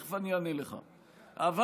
אבל,